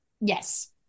Yes